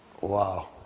Wow